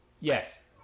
yes